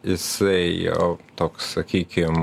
jisai jau toks sakykim